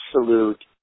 absolute